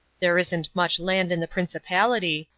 there isn't much land in the principality,